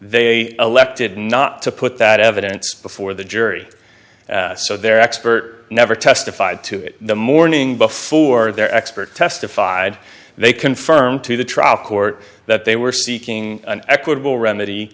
they elected not to put that evidence before the jury so their expert never testified to it the morning before their expert testified they confirmed to the trial court that they were seeking an equitable remedy